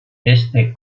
este